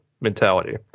mentality